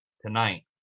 tonight